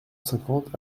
cinquante